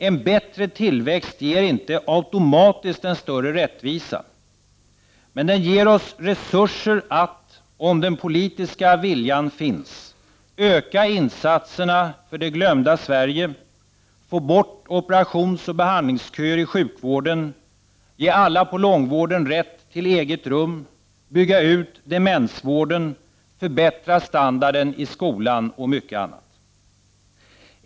En bättre tillväxt ger inte automatiskt en större rättvisa, men den ger oss resurser att, om den politiska viljan finns, öka insatserna för det glömda Sverige, få bort operationsoch behandlingsköer i sjukvården, ge alla på långvården rätt till eget rum, bygga ut demensvården, förbättra standarden i skolan och mycket annat.